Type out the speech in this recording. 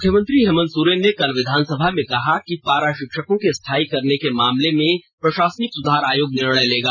मुख्यमंत्री हेमंत सोरेन ने कल विधानसभा में कहा कि पारा पिक्षकों के स्थायी करने के मामले में प्रषासनिक सुधार आयोग निर्णय लेगा